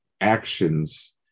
actions